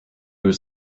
was